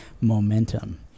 momentum